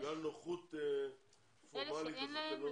בגלל נוכחות חובה להתייצב אתם לא נותנים לו?